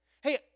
Hey